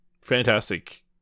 fantastic